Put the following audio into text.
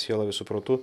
siela visu protu